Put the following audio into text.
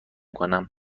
کنم